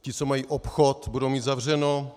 Ti, co mají obchod, budou mít zavřeno.